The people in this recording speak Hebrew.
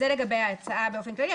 זה לגבי ההצעה באופן כללי,